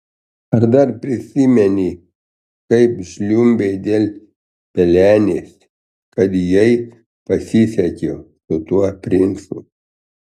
ar dar prisimeni kaip žliumbei dėl pelenės kad jai pasisekė su tuo princu